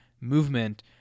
movement